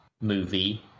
movie